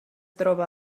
troba